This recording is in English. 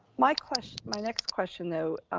my question, my next question though,